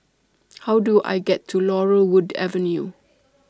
How Do I get to Laurel Wood Avenue